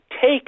take